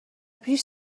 پیش